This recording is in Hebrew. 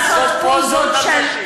לעשות פוזות על נשים.